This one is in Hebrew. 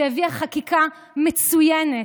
הביאה חקיקה מצוינת,